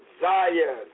Zion